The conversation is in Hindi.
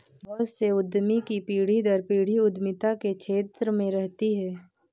बहुत से उद्यमी की पीढ़ी दर पीढ़ी उद्यमिता के क्षेत्र में रहती है